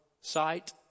sight